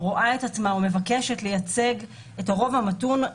שמבקשת לייצג את הרוב המתון,